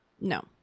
No